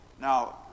Now